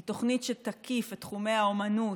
היא תוכנית שתקיף את תחומי האומנות,